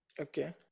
Okay